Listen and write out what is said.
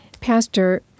Pastor